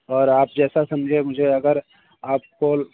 और आप जैसा समझे मुझे अगर आप कोल